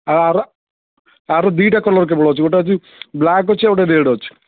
ଆଉ ଆର ଆର ଦୁଇଟା କଲର୍ କେବଳ ଅଛି ଗୋଟେ ଅଛି ବ୍ଲାକ୍ ଅଛି ଆଉ ଗୋଟେ ରେଡ଼୍ ଅଛି